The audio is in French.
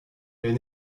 est